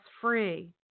free